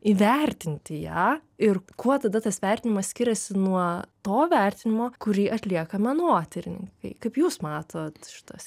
įvertinti ją ir kuo tada tas vertinimas skiriasi nuo to vertinimo kurį atlieka menotyrininkai kaip jūs matot šitas